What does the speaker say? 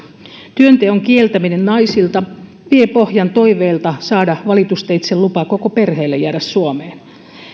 työnteon kieltäminen naisilta vie pohjan toiveelta saada valitusteitse lupa koko perheelle jäädä suomeen